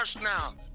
now